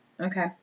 Okay